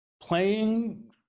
playing